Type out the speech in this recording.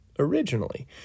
Originally